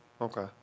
Okay